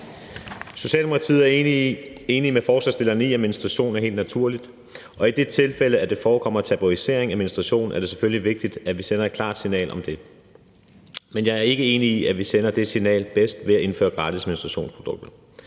Socialdemokratiet er enige med forslagsstillerne i, at menstruation er helt naturligt, og i det tilfælde, at der forekommer tabuisering menstruation, er det selvfølgelig vigtigt, at vi sender et klart signal om det. Men jeg er ikke enig i, at vi sender det signal bedst ved at indføre gratis menstruationsprodukter.